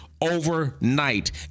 overnight